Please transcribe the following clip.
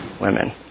women